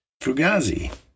Fugazi